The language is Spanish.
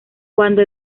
cuando